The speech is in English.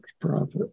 profit